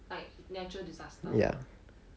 like natural disaster lah